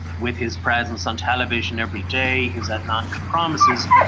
with his presence on television every day, his outlandish promises,